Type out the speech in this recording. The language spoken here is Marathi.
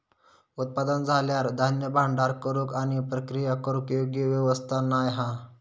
उत्पादन झाल्यार धान्य भांडार करूक आणि प्रक्रिया करूक योग्य व्यवस्था नाय हा